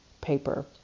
paper